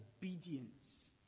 obedience